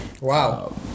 Wow